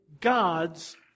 God's